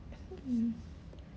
mm